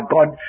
God